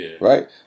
Right